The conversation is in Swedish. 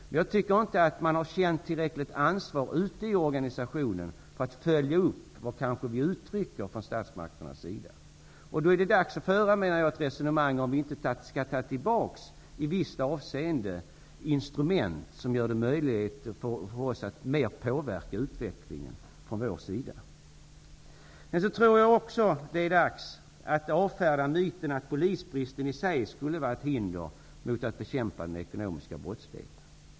Men jag tycker inte att man ute i organisationen har känt ett tillräckligt ansvar för att följa upp vad statsmakterna uttrycker. Då är det dags att fråga sig om vi inte skall ta tillbaka instrument som gör det möjligt för oss att påverka utvecklingen mer. Jag tror också att det är dags att avfärda myten att polisbristen i sig skulle vara ett hinder för att bekämpa den ekonomiska brottsligheten.